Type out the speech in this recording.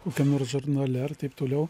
kokiam nors žurnale ar taip toliau